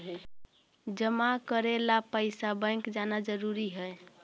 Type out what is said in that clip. जमा करे ला पैसा बैंक जाना जरूरी है?